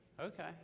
okay